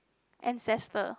ancestor